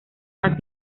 más